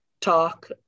talk